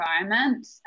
environment